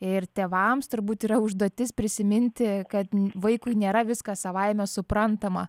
ir tėvams turbūt yra užduotis prisiminti kad vaikui nėra viskas savaime suprantama